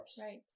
Right